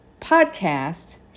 podcast